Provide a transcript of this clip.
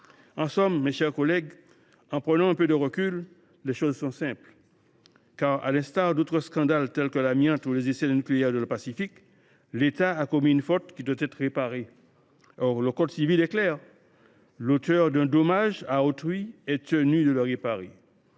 En somme, mes chers collègues, en prenant un peu de recul, les choses sont simples : à l’instar d’autres scandales tels que le sang contaminé ou les essais nucléaires dans le Pacifique, l’État a commis une faute qui doit être réparée. Or le code civil est clair : l’auteur d’un dommage à autrui est tenu de le réparer.